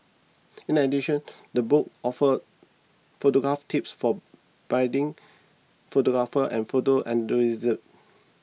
in addition the book offers photography tips for budding photographers and photo enthusiasts